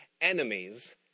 enemies